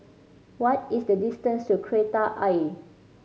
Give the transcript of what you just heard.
what is the distance to Kreta Ayer